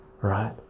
right